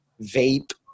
vape